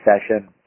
session